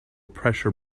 pressure